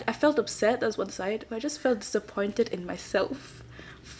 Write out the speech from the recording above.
I felt upset that's one side but I just felt disappointed in myself